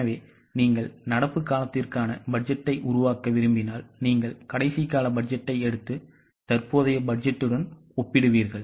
எனவே நீங்கள் நடப்பு காலத்திற்கான பட்ஜெட்டை உருவாக்க விரும்பினால் நீங்கள் கடைசி கால பட்ஜெட்டை எடுத்து தற்போதைய பட்ஜெட்டுடன் ஒப்பிடுவீர்கள்